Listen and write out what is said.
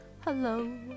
Hello